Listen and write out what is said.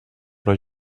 però